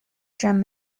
drum